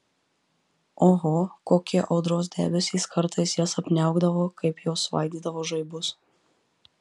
oho kokie audros debesys kartais jas apniaukdavo kaip jos svaidydavo žaibus